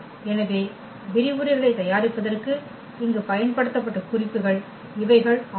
எனவே விரிவுரைகளைத் தயாரிப்பதற்கு இங்கு பயன்படுத்தப்பட்ட குறிப்பு இவைகள் ஆகும்